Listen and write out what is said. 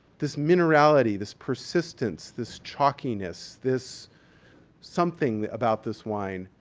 this minerality, this persistence, this chalkiness, this something about this wine,